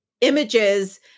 images